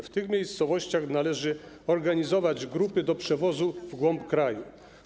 W tych miejscowościach należy organizować grupy do przewozu w głąb kraju.